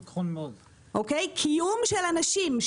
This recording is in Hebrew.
קיום של אנשים,